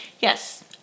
Yes